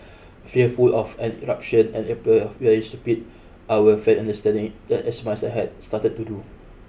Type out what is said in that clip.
fearful of an eruption and stupid I would feign understanding that as my son had started to do